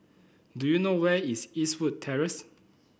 do you know where is Eastwood Terrace